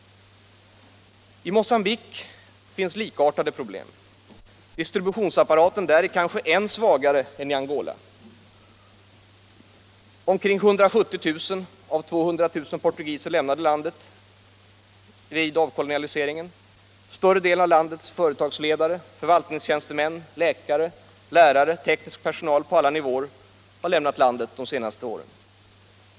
I Mogambique finns likartade problem. Distributionsapparaten där är kanske än svagare än i Angola. Omkring 170 000 av 200 000 portugiser lämnade landet vid avkolonialiseringen. Större delen av landets företagsledare, förvaltningstjänstemän, läkare, lärare och teknisk personal på alla nivåer har lämnat landet under de senaste åren.